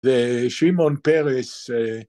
ושמעון פרס